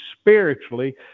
spiritually